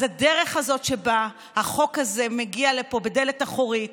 אז הדרך הזאת שבה החוק הזה מגיע לפה, בדלת אחורית,